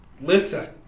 Listen